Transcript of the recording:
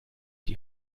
die